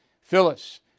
Phyllis